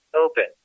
open